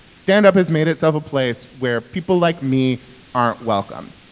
stand-up has made itself a place where people like me aren't welcome.